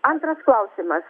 antras klausimas